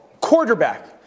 Quarterback